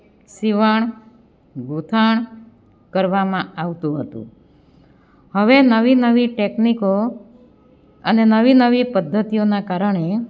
શિવણ ગૂંથણ કરવામાં આવતું હતું હવે નવી નવી ટેકનિકો અને નવી નવી પદ્ધતિઓના કારણે